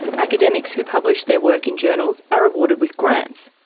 academics who publish their work in journals are rewarded with grants.